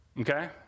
Okay